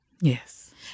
Yes